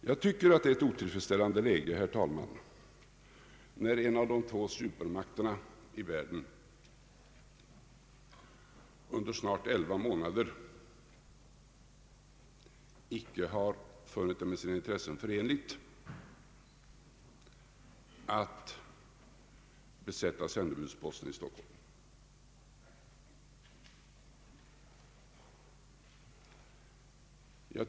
Jag tycker att det är ett otillfredsställande läge, herr talman, när en av de två supermakterna i världen under snart elva månader inte har funnit det med sina intressen förenligt att besätta sändebudsposten i Stockholm.